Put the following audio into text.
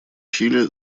чили